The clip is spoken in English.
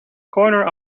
corner